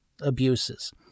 abuses